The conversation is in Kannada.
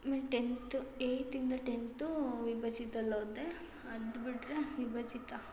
ಆಮೇಲೆ ಟೆನ್ತ್ ಏಯ್ತಿಂದ ಟೆಂತೂ ವಿಭಜಿತಲ್ಲಿ ಓದಿದೆ ಅದು ಬಿಟ್ಟರೆ ವಿಭಜಿತ